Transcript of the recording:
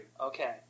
Okay